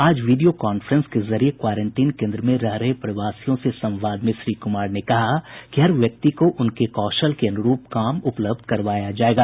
आज video conference के जरिये क्वारेंटीन केन्द्र में रह रहे प्रवासियों से संवाद में श्री कुमार ने कहा कि हर व्यक्ति को उनके कौशल के अनुरूप काम उपलब्ध करवाया जायेगा